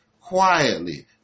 quietly